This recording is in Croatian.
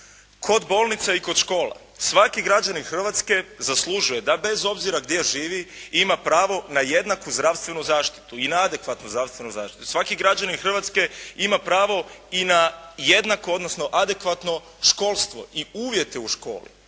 Kod bolnica i kod škola svaki građanin Hrvatske zaslužuje da bez obzira gdje živi ima pravo na jednaku zdravstvenu zaštitu i na adekvatnu zdravstvenu zaštitu. Svaki građanin Hrvatske ima pravo i na jednako, odnosno adekvatno školstvo i uvjete u školi.